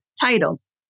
titles